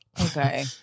Okay